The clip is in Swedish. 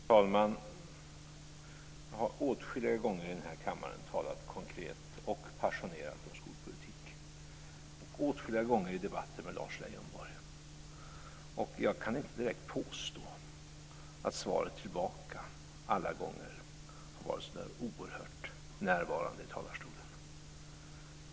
Herr talman! Jag har åtskilliga gånger i den här kammaren talat konkret och passionerat om skolpolitik, och åtskilliga gånger i debatter med Lars Leijonborg. Jag kan inte direkt påstå att svaret alla gånger har varit så där oerhört närvarande i talarstolen.